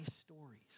stories